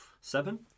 Seven